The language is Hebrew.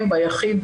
ביחיד,